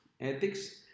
ethics